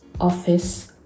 office